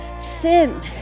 sin